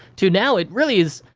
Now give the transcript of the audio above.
to now it really is,